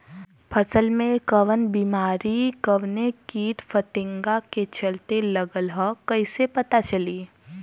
फसल में कवन बेमारी कवने कीट फतिंगा के चलते लगल ह कइसे पता चली?